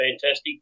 fantastic